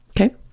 Okay